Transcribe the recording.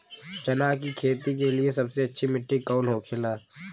चना की खेती के लिए सबसे अच्छी मिट्टी कौन होखे ला?